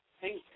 Thank